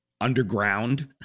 underground